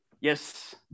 Yes